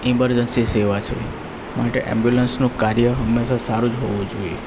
emergency સેવા છે માટે ઍમ્બ્યુલન્સનું કાર્ય હંમેશા સારું જ હોવું જોઈએ